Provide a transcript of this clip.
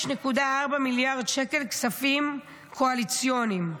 5.4 מיליארד שקל כספים קואליציוניים.